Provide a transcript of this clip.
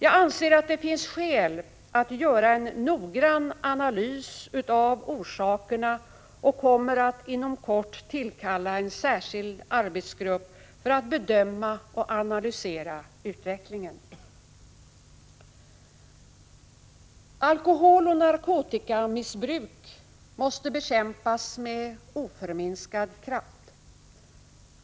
Jag anser att det finns skäl att göra en noggrann analys av orsakerna och kommer att inom kort tillkalla en särskild arbetsgrupp för att bedöma och analysera utvecklingen. Alkoholoch narkotikamissbruk måste bekämpas med oförminskad kraft.